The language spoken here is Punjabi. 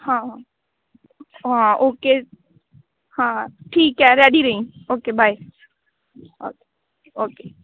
ਹਾਂ ਹਾਂ ਹਾਂ ਓਕੇ ਹਾਂ ਠੀਕ ਹੈ ਰੈਡੀ ਰਹੀ ਓਕੇ ਬਾਏ ਓਕੇ ਓਕੇ